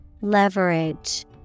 Leverage